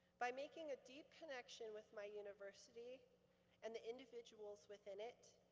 by making a deep connection with my university and the individuals within it,